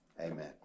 Amen